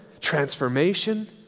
transformation